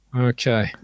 Okay